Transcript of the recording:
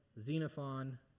Xenophon